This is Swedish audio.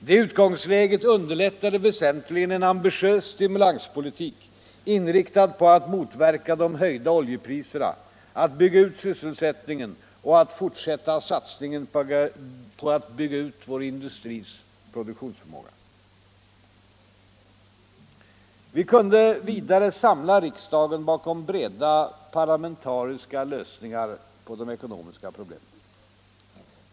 Det utgångsläget underlättade väsentligen en ambitiös stimulanspolitik, inriktad på att motverka de höjda oljepriserna, att bygga ut sysselsättningen och att fortsätta satsningen på att bygga ut vår industris produktionsförmåga. Vi kunde vidare samla riksdagen bakom breda parlamentariska lösningar på de ekonomiska problemen.